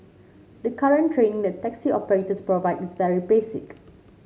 the current training that taxi operators provide is very basic